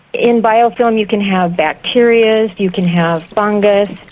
in biofilm you can have bacteria, you can have fungus,